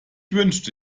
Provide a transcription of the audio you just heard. wünschte